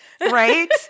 right